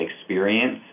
experience